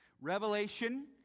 revelation